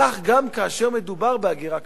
כך גם כאשר מדובר בהגירה כזאת.